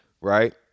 right